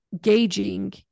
gauging